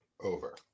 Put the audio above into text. over